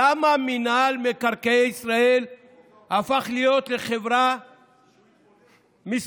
למה מינהל מקרקעי ישראל הפך להיות לחברה מסחרית,